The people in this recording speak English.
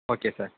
okay sir